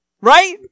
Right